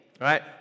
Right